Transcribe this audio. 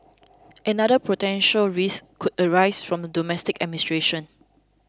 another potential risk could arise from the domestic administration